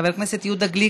חבר הכנסת יהודה גליק,